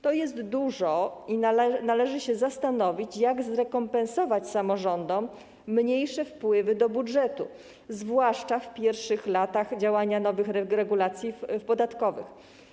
To dużo, należy się więc zastanowić, jak zrekompensować samorządom mniejsze wpływy do budżetu, zwłaszcza w pierwszych latach działania nowych regulacji podatkowych.